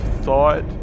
thought